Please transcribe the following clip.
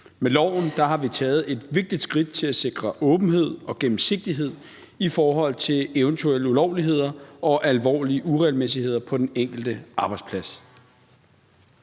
Med loven har vi taget et vigtigt skridt til at sikre åbenhed og gennemsigtighed i forhold til eventuelle ulovligheder og alvorlige uregelmæssigheder på den enkelte arbejdsplads.